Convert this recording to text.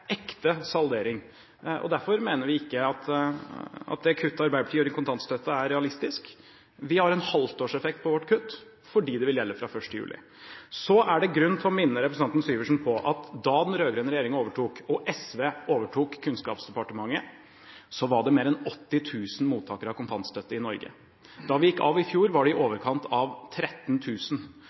ekte saldering, og derfor mener vi ikke at det kuttet Arbeiderpartiet gjør i kontantstøtten, er realistisk. Vi har en halvårseffekt på vårt kutt, fordi det vil gjelde fra 1. juli. Så er det grunn til å minne representanten Syversen om at da den rød-grønne regjeringen overtok og SV overtok Kunnskapsdepartementet, var det 62 365 mottakere av kontantstøtte i Norge – og per 31. desember 2012 var det